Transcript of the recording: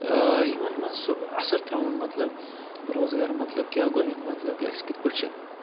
یِمَن منٛز سُہ اَثر ترٛاوُن مطلب روزگار مطلب کیٛاہ گوٚو اَمیُک مطلب کہِ اَسہِ کِتھ پٲٹھۍ چھِ